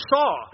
saw